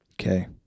Okay